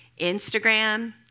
Instagram